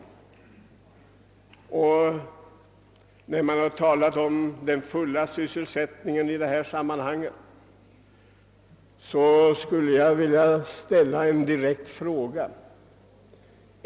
Det har i detta sammanhang talats om den fulla sysselsättningen.